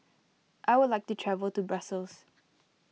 I would like to travel to Brussels